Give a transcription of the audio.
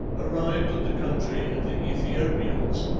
arrived at the country of the aethiopians,